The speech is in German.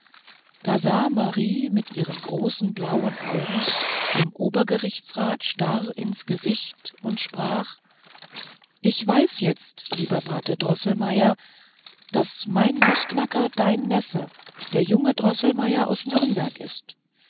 da sah marie mit ihren großen blauen augen dem obergerichtsrat starr ins gesicht und sprach ich weiß jetzt lieber pate droßelmeier daß mein nußknacker dein neffe der junge droßelmeier aus nürnberg ist